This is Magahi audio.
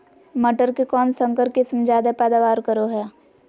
मटर के कौन संकर किस्म जायदा पैदावार करो है?